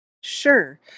Sure